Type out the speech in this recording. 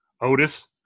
Otis